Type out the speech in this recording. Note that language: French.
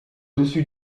dessus